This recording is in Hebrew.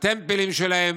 בטמפלים שלהם,